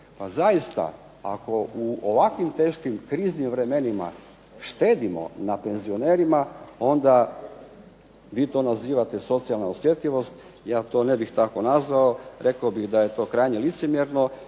Pa zaista, ako u ovakvim teškim, kriznim vremenima štedimo na penzionerima onda vi to nazivate socijalna osjetljivost. Ja to ne bih tako nazvao. Rekao bih da je to krajnje licemjerno